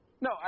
no